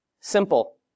Simple